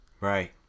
Right